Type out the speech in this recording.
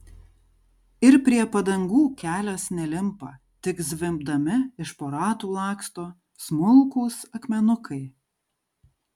ir prie padangų kelias nelimpa tik zvimbdami iš po ratų laksto smulkūs akmenukai